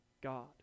God